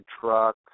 truck